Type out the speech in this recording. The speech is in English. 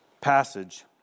passage